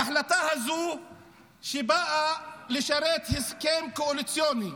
ההחלטה הזו באה לשרת הסכם קואליציוני.